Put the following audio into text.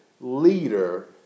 leader